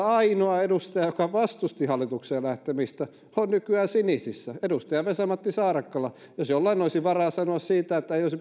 ainoa edustaja joka vastusti hallitukseen lähtemistä on nykyään sinisissä edustaja vesa matti saarakkala jos jollain olisi varaa sanoa siitä että ei olisi